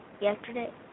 yesterday